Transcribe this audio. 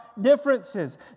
differences